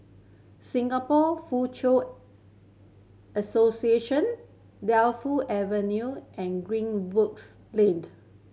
Singapore Foochow Association Defu Avenue and Greenwoods Laned